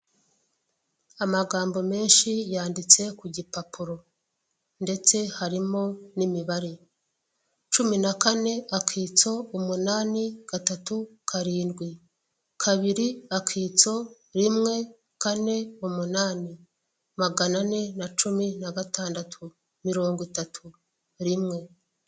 Amagambo menshi yanditse ku gipapuro ndetse harimo n'imibare, cumi na kane akitso umunani gatatu karindwi kabiri akitso rimwe kane umunani, magana ane na cumi na gatandatu, mirongo itatu rimwe.